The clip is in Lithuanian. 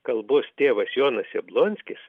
kalbos tėvas jonas jablonskis